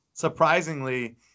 Surprisingly